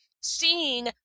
seeing